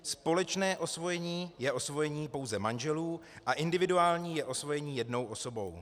Společné osvojení je osvojení pouze manželů a individuální je osvojení jednou osobou.